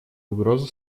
угрозу